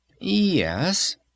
Yes